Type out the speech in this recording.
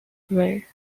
gray